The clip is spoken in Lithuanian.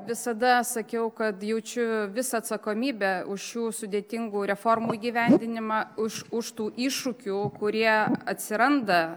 visada sakiau kad jaučiu visą atsakomybę už šių sudėtingų reformų įgyvendinimą už už tų iššūkių kurie atsiranda